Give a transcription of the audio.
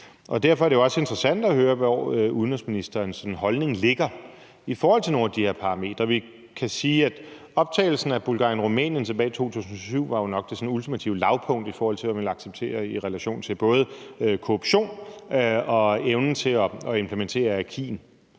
Derfor er det jo også interessant at høre, hvor udenrigsministerens holdning ligger i forhold til nogle af de her parametre. Vi kan sige, at optagelsen af Bulgarien og Rumænien tilbage i 2007 nok var det ultimative lavpunkt i forhold til at ville acceptere lande i relation til både korruption og evnen til at implementere acquis